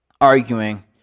arguing